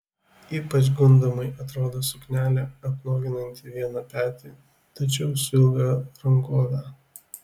ypač gundomai atrodo suknelė apnuoginanti vieną petį tačiau su ilga rankove